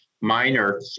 minor